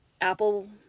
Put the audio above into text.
Apple